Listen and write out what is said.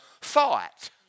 thought